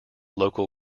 local